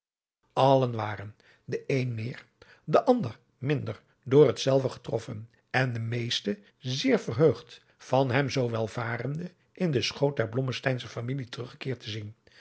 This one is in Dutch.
allen waren de een meer de ander minder door hetzelve getroffen en de meeste zeer verheugd van hem zoo welvarende in den schoot der blommesteynsche familie teruggekeerd te zien